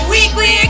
Weekly